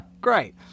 Great